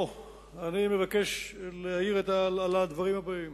אני מבקש להעיר את הדברים הבאים: